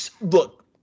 Look